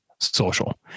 social